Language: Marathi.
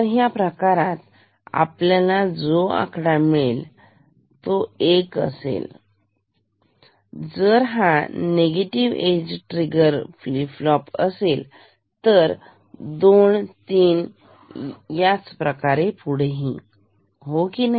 तर ह्या प्रकारात आपल्याला जो आकडा मिळेल तो एक असेल जर हा निगेटिव्ह एज ट्रिगर असेल तर दोन तीन याप्रकारे पुढेही हो की नाही